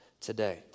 today